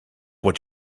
what